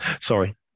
Sorry